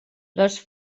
les